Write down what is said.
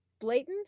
blatant